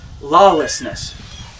lawlessness